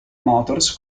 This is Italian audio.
motors